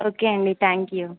okay అండి thank you